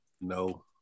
No